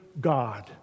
God